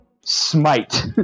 Smite